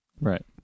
Right